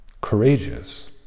Courageous